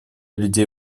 людей